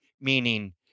Meaning